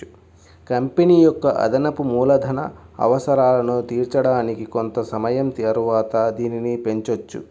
company యొక్క అదనపు మూలధన అవసరాలను తీర్చడానికి కొంత సమయం తరువాత దీనిని పెంచొచ్చు